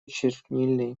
чернильный